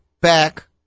back